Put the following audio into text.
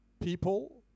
people